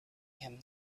him